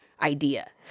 idea